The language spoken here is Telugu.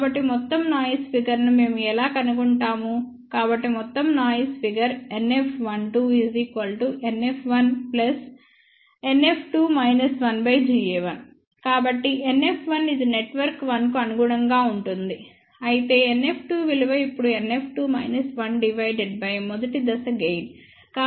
కాబట్టి మొత్తం నాయిస్ ఫిగర్ ను మేము ఎలా కనుగొంటాము కాబట్టి మొత్తం నాయిస్ ఫిగర్ NF12NF1Ga1 కాబట్టి NF1 ఇది నెట్వర్క్ 1 కు అనుగుణంగా ఉంటుంది అయితే NF2 విలువ ఇప్పుడు NF2 మైనస్ 1 డివైడెడ్ బై మొదటి దశ గెయిన్